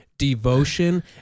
Devotion